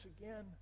again